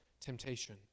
temptation